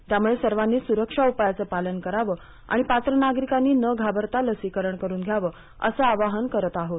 त्यामुळे सर्वांनीच सुरक्षा उपायांचं पालन करावं आणि पात्र नागरिकांनी न घाबरता लसीकरण करून घ्यावं असं आवाहन करत आहोत